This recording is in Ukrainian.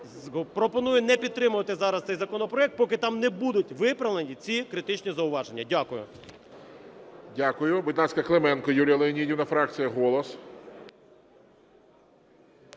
пропоную не підтримувати зараз цей законопроект, поки там не будуть виправлені ці критичні зауваження. Дякую. ГОЛОВУЮЧИЙ. Дякую. Будь ласка, Клименко Юлія Леонідівна, фракція "Голос".